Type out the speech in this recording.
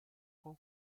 con